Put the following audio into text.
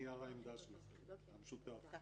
--- נייר העמדה שלכם המשותף.